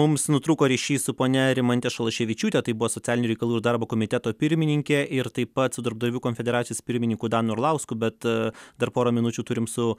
mums nutrūko ryšys su ponia rimante šalaševičiūte tai buvo socialinių reikalų ir darbo komiteto pirmininkė ir taip pat su darbdavių konfederacijos pirmininku danu arlausku bet dar porą minučių turim su